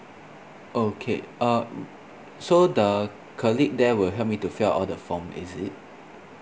okay uh so the colleague there will help me to fill up all the form is it